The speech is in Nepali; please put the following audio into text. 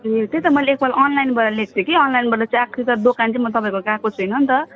ए त्यही त मैले एकपल्ट अनलाइनबाट लिएको थिएँ कि अनलाइनबाट चाहिँ आएको छु तर दोकान चाहिँ म तपाईँको गएको छुइनँ नि त